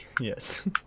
Yes